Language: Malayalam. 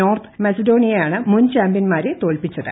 നോർത്ത് മസിഡോണിയയാണ് മുൻ ചാമ്പ്യൻമാരെ തോൽപ്പിച്ചത്